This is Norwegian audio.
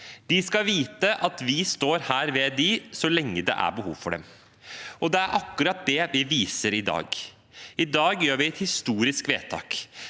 De skal vite at vi står her ved deres side så lenge det er behov for det, og det er akkurat det vi viser i dag. I dag gjør vi et historisk vedtak.